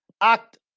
act